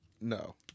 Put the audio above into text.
no